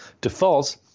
defaults